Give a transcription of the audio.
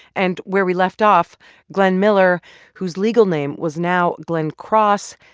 and where we left off glenn miller whose, legal name was now glenn cross,